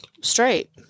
straight